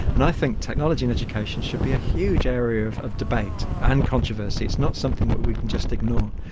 and i think technology in education should be a huge area of of debate and controversy. it's not something that we can just ignore.